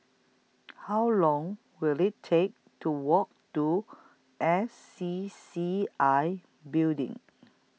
How Long Will IT Take to Walk to S C C C I Building